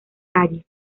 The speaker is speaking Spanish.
calle